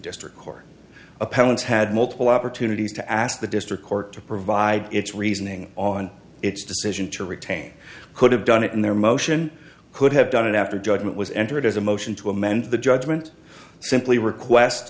district court appellants had multiple opportunities to ask the district court to provide its reasoning on its decision to retain could have done it in their motion could have done it after judgment was entered as a motion to amend the judgment simply request